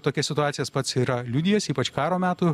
tokias situacijas pats yra liudijęs ypač karo metų